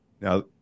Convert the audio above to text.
Now